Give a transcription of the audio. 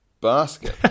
basket